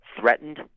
threatened